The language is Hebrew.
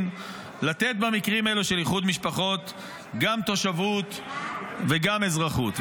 לתת במקרים האלו של איחוד משפחות גם תושבות וגם אזרחות.